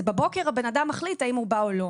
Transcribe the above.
זה בבוקר הבן אדם מחליט אם הוא בא או לא.